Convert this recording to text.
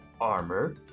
Armor